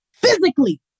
Physically